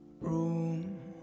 room